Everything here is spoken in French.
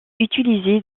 utilisée